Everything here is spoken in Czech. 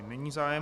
Není zájem.